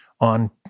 on